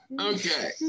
okay